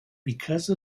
because